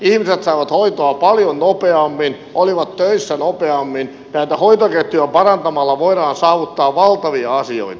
ihmiset saivat hoitoa paljon nopeammin olivat töissä nopeammin ja näitä hoitoketjuja parantamalla voidaan saavuttaa valtavia asioita